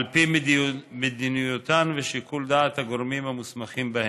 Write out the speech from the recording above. על פי מדיניותן ושיקול דעת הגורמים המוסמכים בהן.